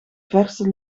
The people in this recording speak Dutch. verse